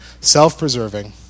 self-preserving